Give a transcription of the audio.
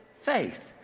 faith